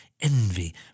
envy